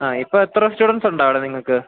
ആ ഇപ്പം എത്ര സ്റ്റുഡൻ്റ്സ് ഉണ്ട് അവിടെ നിങ്ങൾക്ക്